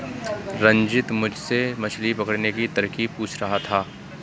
रंजित मुझसे मछली पकड़ने की तरकीब पूछ रहा था